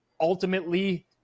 Ultimately